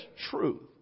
truth